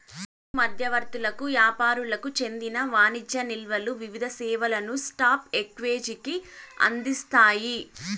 stock మధ్యవర్తులకు యాపారులకు చెందిన వాణిజ్య నిల్వలు వివిధ సేవలను స్పాక్ ఎక్సేంజికి అందిస్తాయి